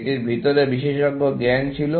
এটির ভিতরে বিশেষজ্ঞ জ্ঞান ছিল